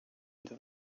into